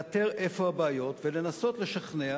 לאתר איפה הבעיות ולנסות לשכנע,